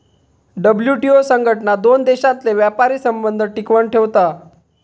WTO संघटना दोन देशांतले व्यापारी संबंध टिकवन ठेवता